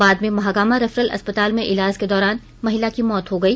बाद में महागामा रेफरल अस्पताल में इलाज के दौरान महिला की मौत हो गई